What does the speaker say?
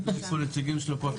יש פה נציגים של הפרקליטות.